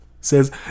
Says